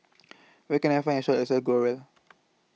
Where Can I Find A Shop that sells Growell